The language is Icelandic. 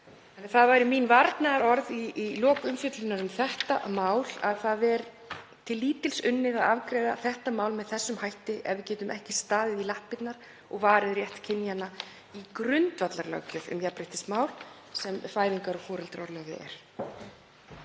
Það eru mín varnaðarorð í lok umfjöllunar um þetta mál að það er til lítils unnið að afgreiða það með þessum hætti ef við getum ekki staðið í lappirnar og varið rétt kynjanna í grundvallarlöggjöf um jafnréttismál sem fæðingar- og foreldraorlofið er.